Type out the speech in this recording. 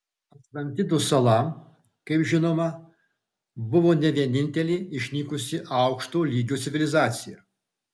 atlantidos sala kaip žinoma buvo ne vienintelė išnykusi aukšto lygio civilizacija